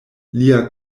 lia